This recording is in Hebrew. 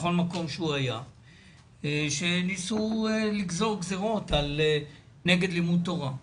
בכל מקום שהוא היה שניסו לגזור גזרות על נגד לימוד תורה,